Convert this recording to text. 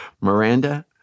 Miranda